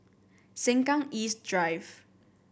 Sengkang East Drive